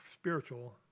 spiritual